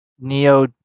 Neo